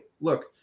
look